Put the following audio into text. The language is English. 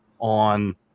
on